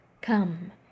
come